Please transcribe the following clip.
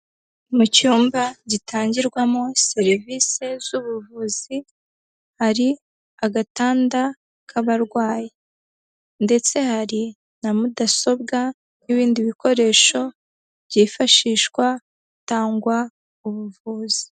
Mu cyumba gitangirwamo serivisi z'ubuvuzi hari agatanda k'abarwayi ndetse hari na mudasobwa n'ibindi bikoresho byifashishwa hatangwa ubuvuzi.